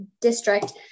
district